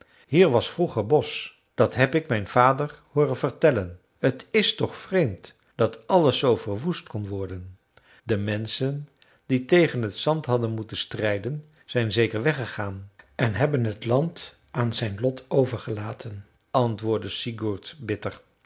hier was vroeger bosch dat heb ik mijn vader hooren vertellen t is toch vreemd dat alles zoo verwoest kon worden de menschen die tegen het zand hadden moeten strijden zijn zeker weggegaan en hebben t land aan zijn lot overgelaten antwoordde sigurd bitter